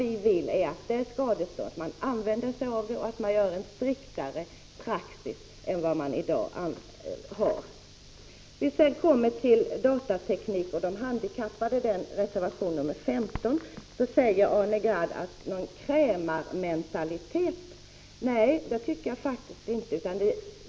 Vi vill att rätten till skadestånd skall komma till användning och att man tillämpar en striktare praxis än som i dag görs. Arne Gadd säger med anledning av reservation 15 om datateknik och de handikappade att vi inte skall ha någon krämarmentalitet. Nej, det tycker faktiskt inte jag heller.